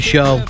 Show